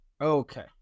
Okay